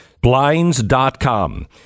Blinds.com